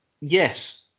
yes